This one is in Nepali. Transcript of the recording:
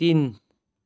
तिन